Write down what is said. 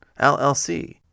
llc